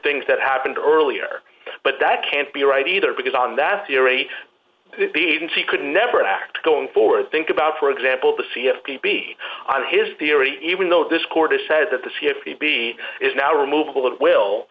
things that happened earlier but that can't be right either because on that theory the agency could never act going forward think about for example the c f p be on his theory even though this court decided that the c f e b is now removable it will